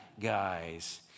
guys